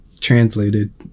translated